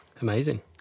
Amazing